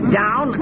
down